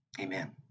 Amen